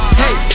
hey